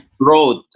Road